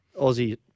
Aussie